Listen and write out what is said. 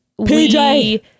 PJ